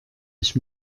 ich